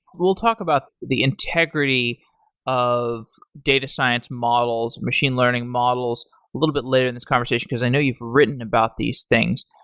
we'll talk about the integrity of data science models, machine learning models a little bit later in this conversation, because i know you've written about these things.